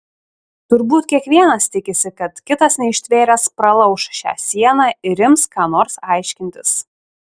turbūt kiekvienas tikisi kad kitas neištvėręs pralauš šią sieną ir ims ką nors aiškintis